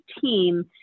team